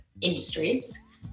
industries